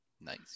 nice